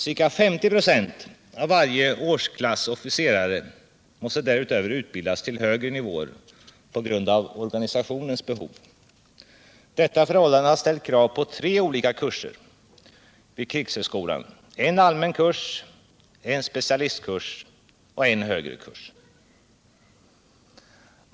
Ca 50 96 av varje årsklass officerare måste därutöver:utbildas till högre nivåer på grund av organisationens behov. Detta förhållande har ställt krav på tre olika kurser vid krigshögskolan: en allmän kurs, en specialistkurs och en högre kurs.